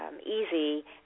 easy